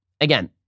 again